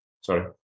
sorry